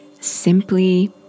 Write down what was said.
simply